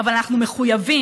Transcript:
אבל אנחנו מחויבים